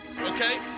okay